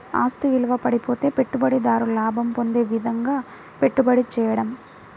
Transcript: ఆస్తి విలువ పడిపోతే పెట్టుబడిదారు లాభం పొందే విధంగాపెట్టుబడి చేయడం